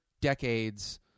decades